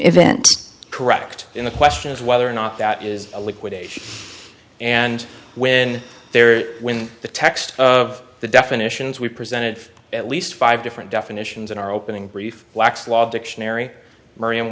event correct in the question is whether or not that is a liquidation and when there when the text of the definitions we presented at least five different definitions in our opening brief black's law dictionary m